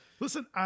Listen